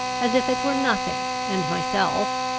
as if it were nothing, and myself,